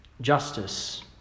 justice